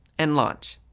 and launch.